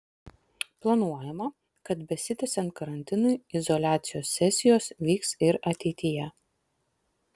planuojama kad besitęsiant karantinui izoliacijos sesijos vyks ir ateityje